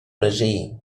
plascher